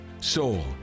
soul